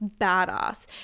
badass